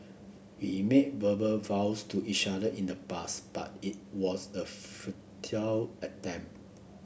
we made verbal vows to each other in the past but it was a futile attempt